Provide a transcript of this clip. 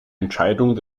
entscheidung